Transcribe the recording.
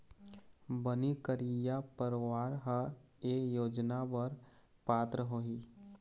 बनी करइया परवार ह ए योजना बर पात्र होही